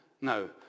No